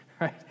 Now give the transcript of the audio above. right